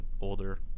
older